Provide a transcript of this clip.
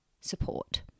support